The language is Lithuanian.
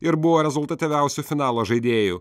ir buvo rezultatyviausiu finalo žaidėju